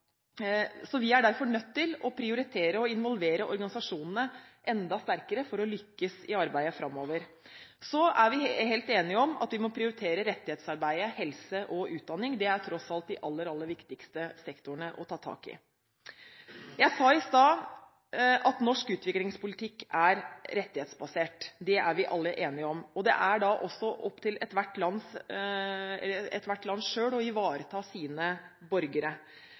så vi er derfor nødt til å prioritere å involvere organisasjonene enda sterkere for å lykkes i arbeidet framover. Vi er også helt enige om at vi må prioritere rettighetsarbeid, helse og utdanning. Det er tross alt de aller, aller viktigste sektorene å ta tak i. Jeg sa i stad at norsk utviklingspolitikk er rettighetsbasert. Det er vi alle enige om, og det er da også opp til ethvert land selv å ivareta sine borgere,